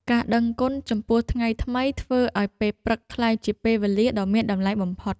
ការដឹងគុណចំពោះថ្ងៃថ្មី ធ្វើឱ្យពេលព្រឹកក្លាយជាពេលវេលាដ៏មានតម្លៃបំផុត។